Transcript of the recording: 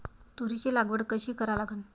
तुरीची लागवड कशी करा लागन?